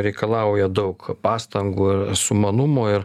reikalauja daug pastangų ir sumanumų ir